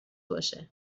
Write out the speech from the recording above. باشه